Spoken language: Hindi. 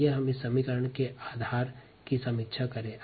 आइए हम पूर्व में चर्चित समीकरण के आधार की समीक्षा करें